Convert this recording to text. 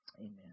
Amen